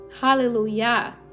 Hallelujah